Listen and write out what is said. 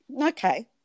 Okay